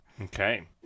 Okay